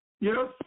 Yes